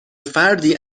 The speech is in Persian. فردی